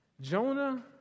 Jonah